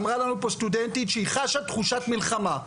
אמרה לנו פה סטודנטית שהיא חשה תחושת מלחמה.